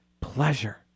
pleasure